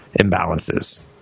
imbalances